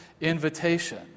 invitation